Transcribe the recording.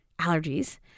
allergies